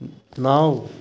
ನಾವು